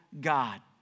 God